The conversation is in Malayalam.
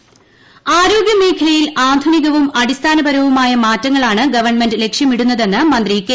സിമുലേറ്റർ ആരോഗ്യമേഖലയിൽ ആധുനികവും അടിസ്ഥാനപരവുമായ മാറ്റങ്ങളാണ് ഗവൺമെന്റ് ലക്ഷ്യമിടുന്നതെന്ന് മന്ത്രി കെ